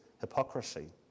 hypocrisy